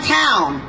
town